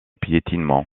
piétinement